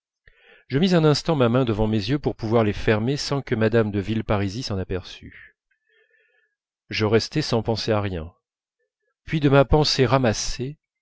je mis un instant ma main devant mes yeux pour pouvoir les fermer sans que mme de villeparisis s'en aperçût je restai sans penser à rien puis de ma pensée ramassée